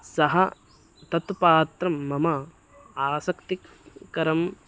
सः तत्पात्रं मम आसक्तिकरं